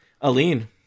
Aline